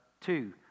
two